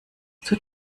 tut